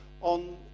on